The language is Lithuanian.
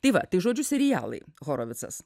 tai va tai žodžiu serialai horovicas